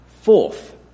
Fourth